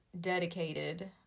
dedicated